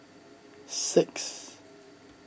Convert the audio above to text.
six